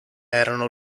erano